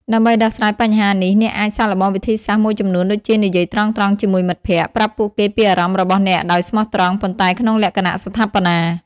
ដើម្បីដោះស្រាយបញ្ហានេះ អ្នកអាចសាកល្បងវិធីសាស្ត្រមួយចំនួនដូចជានិយាយត្រង់ៗជាមួយមិត្តភក្តិ ប្រាប់ពួកគេពីអារម្មណ៍របស់អ្នកដោយស្មោះត្រង់ ប៉ុន្តែក្នុងលក្ខណៈស្ថាបនា។